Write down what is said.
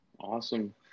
Awesome